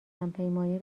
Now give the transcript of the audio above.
همپیمانی